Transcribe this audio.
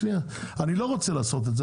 אני לא רוצה לעשות את זה,